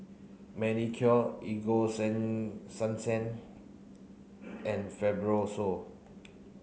Manicare Ego sunsense and Fibrosol